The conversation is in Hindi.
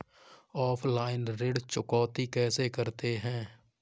ऑफलाइन ऋण चुकौती कैसे करते हैं?